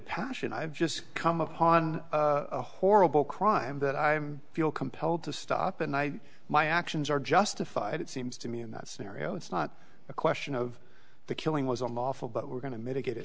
passion i've just come upon a horrible crime that i'm feel compelled to stop and i my actions are justified it seems to me in that scenario it's not a question of the killing was awful but we're going to mitigate it